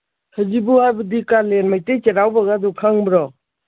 ꯁꯖꯤꯕꯨ ꯍꯥꯏꯕꯗꯤ ꯀꯥꯂꯦꯟ ꯃꯩꯇꯩ ꯆꯩꯔꯥꯎꯕꯗꯨ ꯈꯪꯕ꯭ꯔꯣ